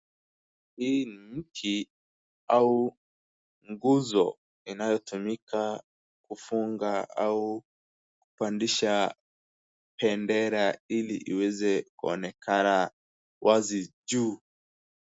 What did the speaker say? Hii ni mti au nguzo inayotumika kufunga au kupandisha bendera ili iweze kuonekana wazi juu.